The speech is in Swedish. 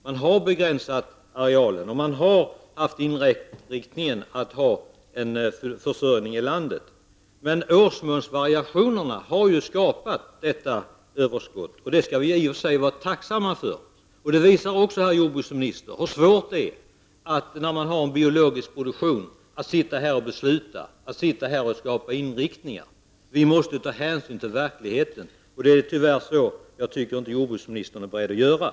Man har begränsat den odlade arealen med inriktningen att få en försörjning i landet. Men det är årsmånsvariationerna som har skapat detta överskott. Det skall vi i och för sig vara tacksamma för. Det visar också, herr jordbruksminister, hur svårt det är att sitta här i riksdagen och besluta och skapa inriktning när det är fråga om en biologisk produktion. Vi måste ta hänsyn till verkligheten. Det verkar jordbruksministern tyvärr inte vara beredd att göra.